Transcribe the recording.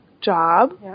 job